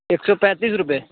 एक सौ पैंतीस रुपए